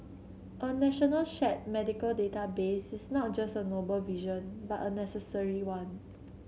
a national shared medical database is not just a noble vision but a necessary one